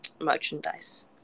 merchandise